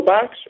Box